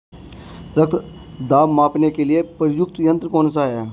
रक्त दाब मापने के लिए प्रयुक्त यंत्र कौन सा है?